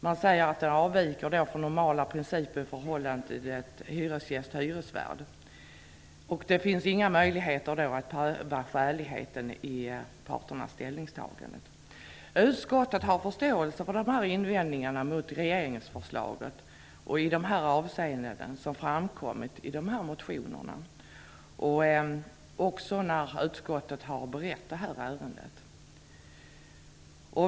Man säger att den avviker från normala principer för förhållandet hyresgäst-hyresvärd och att det inte finns några möjligheter att pröva skäligheten i parternas ställningstagande. Utskottet har förståelse för dessa invändningar mot regeringsförslaget i de avseenden som framkommit i motionerna och har också beaktat dem när utskottet har berett det här ärendet.